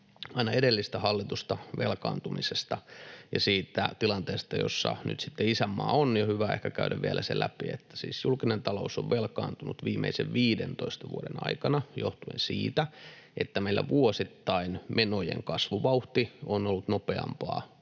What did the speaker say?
aina edellistä hallitusta velkaantumisesta ja siitä tilanteesta, jossa nyt sitten isänmaa on, niin on hyvä ehkä käydä vielä läpi se, että siis julkinen talous on velkaantunut viimeisten 15 vuoden aikana johtuen siitä, että meillä vuosittain menojen kasvuvauhti on ollut nopeampaa